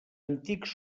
antics